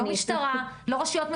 לא משטרה, לא רשויות מקומיות,